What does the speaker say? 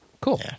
Cool